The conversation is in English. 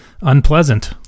unpleasant